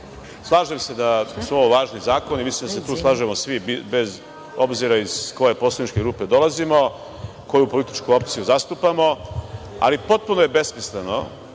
Slažem se da su ovo važni zakoni, mislim da se tu slažemo svi, bez obzira iz koje poslaničke grupe dolazimo, koju političku opciju zastupamo, ali potpuno je besmisleno